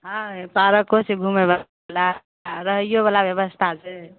हँ पार्को छै घुमयवला रहैयोवला रहैयोवला व्यवस्था छै